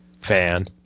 fan